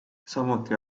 samuti